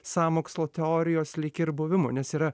sąmokslo teorijos lyg ir buvimu nes yra